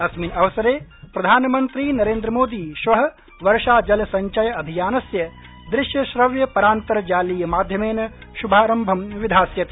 अस्मिन् अवसरे प्रधानमन्त्री नरेन्द्रमोदी श्व वर्षा जल संचय अभियानस्य दृश्यश्रव्यपरान्तर्जालीय माध्यमेन श्भारंभं विधास्यति